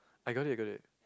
I got it got it